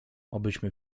obyśmy